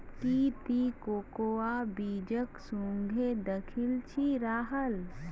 की ती कोकोआ बीजक सुंघे दखिल छि राहल